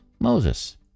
Moses